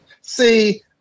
See